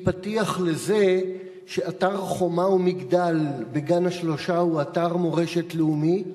היא פתיח לזה שאתר "חומה ומגדל" בגן-השלושה הוא אתר מורשת לאומית,